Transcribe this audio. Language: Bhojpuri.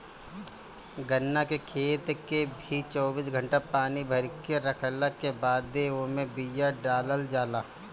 गन्ना के खेत के भी चौबीस घंटा पानी भरके रखला के बादे ओमे बिया डालल जाला